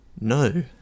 no